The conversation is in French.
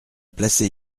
placé